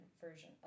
version